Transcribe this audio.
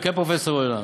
כן, פרופסור יונה.